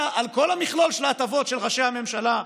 על כל המכלול של ההטבות של ראשי הממשלה,